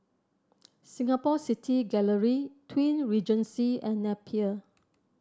Singapore City Gallery Twin Regency and Napier